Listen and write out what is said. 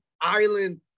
island